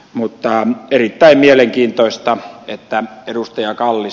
mutta erittäin mielenkiintoista että ed